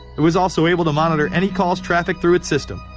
it was also able to monitor any calls trafficked through its system,